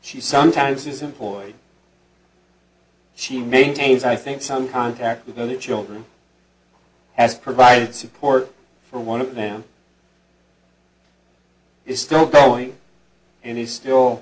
she sometimes is employed she maintains i think some contact with other children has provided support for one of them is still growing and is still